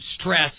stress